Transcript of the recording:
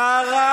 כסף.